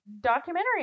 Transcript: documentary